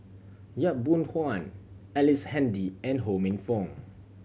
Yap Boon Huan Ellice Handy and Ho Minfong